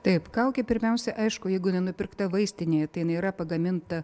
taip kaukė pirmiausia aišku jeigu jin nenupirkta vaistinėje tai ji yra pagaminta